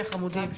מי נמנע?